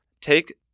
Take